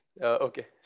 Okay